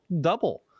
double